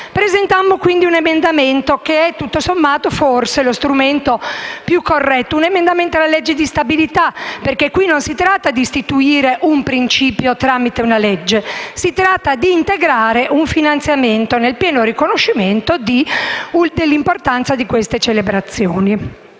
Presentammo un emendamento (che è tutto sommato lo strumento più corretto) alla legge di stabilità, perché non si trattava di istituire un principio tramite una legge, ma di integrare un finanziamento, nel pieno riconoscimento dell'importanza di queste celebrazioni.